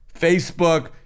Facebook